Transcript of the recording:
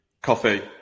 coffee